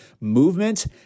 movement